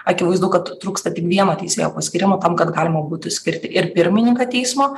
akivaizdu kad trūksta tik vieno teisėjo paskyrimo tam kad galima būtų skirti ir pirmininką teismo